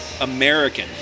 American